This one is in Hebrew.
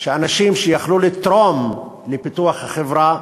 שאנשים שהיו יכולים לתרום לפיתוח החברה,